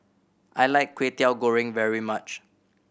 I like Kway Teow Goreng very much